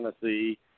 Tennessee